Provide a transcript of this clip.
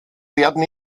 werden